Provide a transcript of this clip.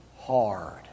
hard